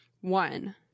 One